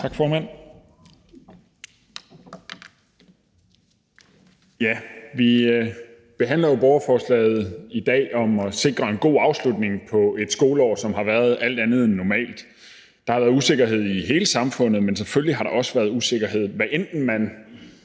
Tak, formand. Vi behandler i dag borgerforslaget om at sikre en god afslutning på et skoleår, som har været alt andet end normalt. Der har været usikkerhed i hele samfundet, men selvfølgelig har der også været usikkerhed, hvad enten man